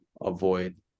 avoid